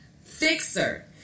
fixer